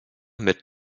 mit